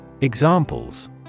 Examples